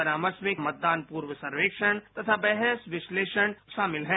परामर्श में मतदान पूर्व सर्वेक्षण तथा बहस विश्लेषण शामिल हैं